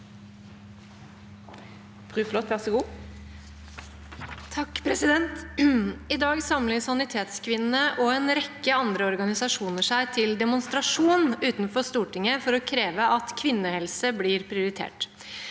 2023, samler Sanitetskvinnene og en rekke andre organisasjoner seg til demonstrasjon utenfor Stortinget for å kreve at kvinnehelse blir prioritert.